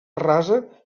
rasa